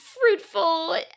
fruitful